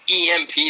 EMP